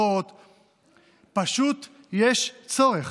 פשוט יש צורך.